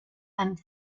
and